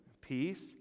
peace